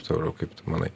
sauliau kaip tu manai